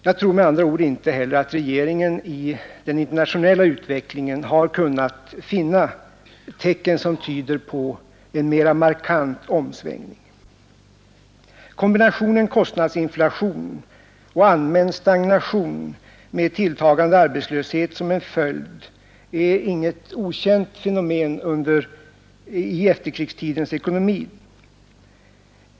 Jag tror med andra ord inte heller att regeringen i den internationella utvecklingen har kunnat finna tecken som tyder på en mera markant omsvängning. Kombinationen kostnadsinflation och allmän stagnation med tilltagande arbetslöshet som en följd är inget okänt fenomen i efterkrigstidens ekonomi.